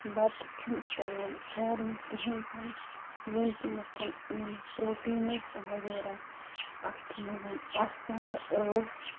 بَتہٕ چھِنہٕ پٮ۪وان پھیٛارُن کِہیٖنۍ تہِ نہٕ ییٚمہِ کِنٮ۪تھ یِمہٕ پرٛوٹیٖنٕز وغیرہ اَتھ منٛز آسان ٲسۍ